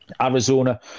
Arizona